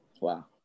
Wow